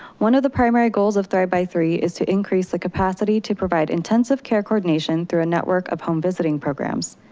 one of the primary goals of thrive by three is to increase the capacity to provide intensive care coordination through a network of home visiting programs.